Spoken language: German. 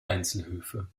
einzelhöfe